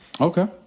Okay